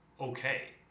okay